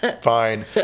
Fine